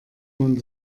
man